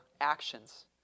actions